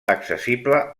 accessible